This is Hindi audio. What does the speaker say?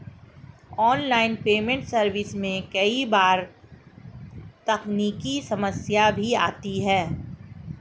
ऑनलाइन पेमेंट सर्विस में कई बार तकनीकी समस्याएं भी आती है